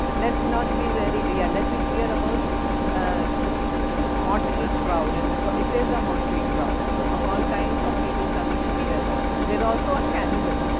let's not be very, yeah let's be clear about ah this motley crowd and because, it is a motley crowd of all kinds of people coming together also a cannibal.